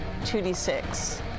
2d6